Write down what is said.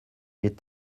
est